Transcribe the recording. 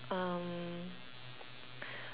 um